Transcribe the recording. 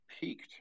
peaked